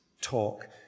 talk